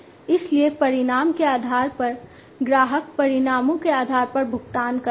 इसलिए परिणाम के आधार पर ग्राहक परिणामों के आधार पर भुगतान करता है